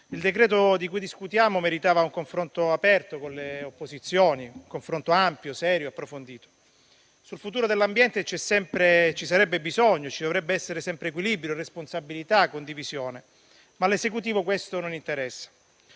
Il decreto-legge di cui discutiamo meritava un confronto aperto con le opposizioni, un confronto ampio, serio e approfondito. Sul futuro dell'ambiente ci sarebbe bisogno sempre di equilibrio, responsabilità e condivisione, ma all'Esecutivo questo non interessa.